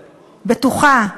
בטוחה,